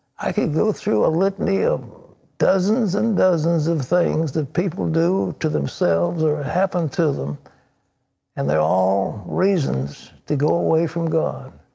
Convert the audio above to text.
i can go through a litany of dozens and dozens of things that people do to themselves or happen to them and they are all reasons to go away from god.